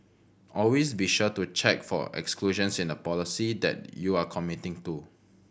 always be sure to check for exclusions in the policy that you are committing to